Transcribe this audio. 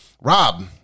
Rob